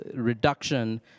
reduction